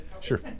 sure